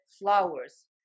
flowers